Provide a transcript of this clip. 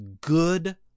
good